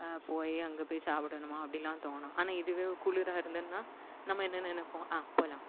போய் அங்கே போய் சாப்பிடணுமா அப்படிலாம் தோணும் ஆனால் இதுவே குளிராக இருந்ததுன்னா நம்ம என்ன நினப்போம் போகலாம்